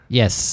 Yes